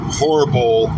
horrible